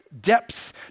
Depths